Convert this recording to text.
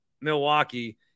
Milwaukee